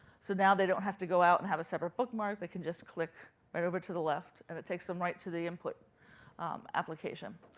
so now they don't have to go out and have a separate bookmark. they can just click right over to the left, and it takes them right to the input application.